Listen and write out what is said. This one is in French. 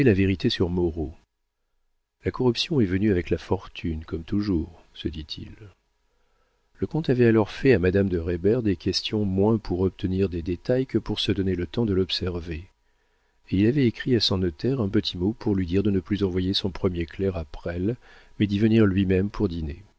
la vérité sur moreau la corruption est venue avec la fortune comme toujours se dit-il le comte avait alors fait à madame de reybert des questions moins pour obtenir des détails que pour se donner le temps de l'observer et il avait écrit à son notaire un petit mot pour lui dire de ne plus envoyer son premier clerc à presles mais d'y venir lui-même pour dîner